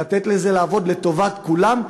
לתת לזה לעבוד לטובת כולם,